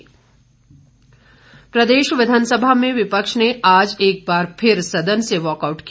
Waugh कआउट प्रदेश विधानसभा में विपक्ष ने आज एक बार फिर सदन से वॉकआउट किया